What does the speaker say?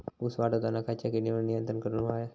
ऊस वाढताना खयच्या किडींवर नियंत्रण करुक व्हया?